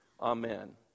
Amen